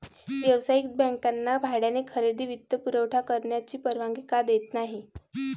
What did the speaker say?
व्यावसायिक बँकांना भाड्याने खरेदी वित्तपुरवठा करण्याची परवानगी का देत नाही